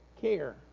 care